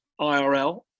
IRL